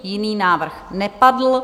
Jiný návrh nepadl.